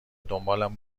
دنبالم